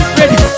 ready